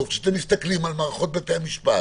כשאתה מסתכל על מערכות בתי-המשפט